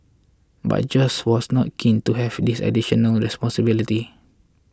but Josh was not keen to have this additional responsibility